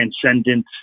transcendent